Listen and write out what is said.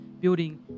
building